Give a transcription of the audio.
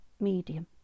medium